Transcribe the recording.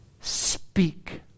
Speak